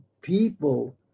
people